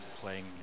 playing